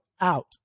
out